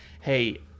Hey